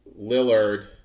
Lillard